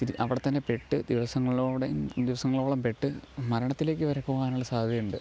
തിരി അവിടെത്തന്നെ പെട്ട് ദിവസങ്ങളോടെ ദിവസങ്ങളോളം പെട്ടു മരണത്തിലേക്കു വരെ പോകാനുള്ള സാദ്ധ്യയുണ്ട്